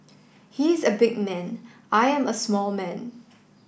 he is a big man I am a small man